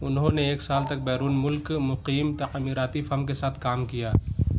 انہوں نے ایک سال تک بیرون ملک مقیم تعمیراتی فرم کے ساتھ کام کیا